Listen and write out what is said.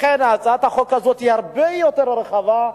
לכן הצעת החוק הזאת היא הרבה יותר רחבה,